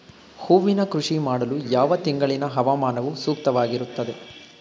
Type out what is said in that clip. ಹೂವಿನ ಕೃಷಿ ಮಾಡಲು ಯಾವ ತಿಂಗಳಿನ ಹವಾಮಾನವು ಸೂಕ್ತವಾಗಿರುತ್ತದೆ?